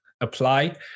apply